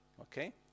Okay